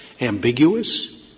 ambiguous